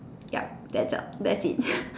yup that the that's it